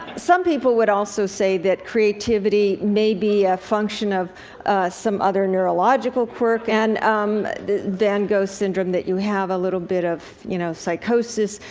some people would also say that creativity may be a function of some other neurological quirk and um van gogh syndrome that you have a little bit of, you know, psychosis,